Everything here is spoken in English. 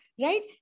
right